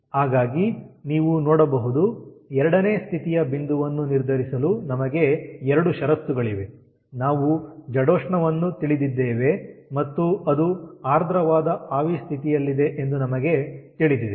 ಹಾಗಾಗಿ ನೀವು ನೋಡಬಹುದು 2ನೇ ಸ್ಥಿತಿಯ ಬಿಂದುವನ್ನು ನಿರ್ಧರಿಸಲು ನಮಗೆ ಎರಡು ಷರತ್ತುಗಳಿವೆ ನಾವು ಜಡೋಷ್ಣವನ್ನು ತಿಳಿದಿದ್ದೇವೆ ಮತ್ತು ಅದು ಆರ್ದ್ರವಾದ ಆವಿ ಸ್ಥಿತಿಯಲ್ಲಿದೆ ಎಂದು ನಮಗೆ ತಿಳಿದಿದೆ